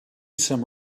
some